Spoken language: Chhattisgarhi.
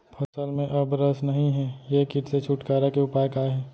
फसल में अब रस नही हे ये किट से छुटकारा के उपाय का हे?